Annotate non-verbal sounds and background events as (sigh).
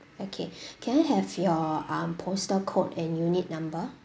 okay (breath) can I have your um postal code and unit number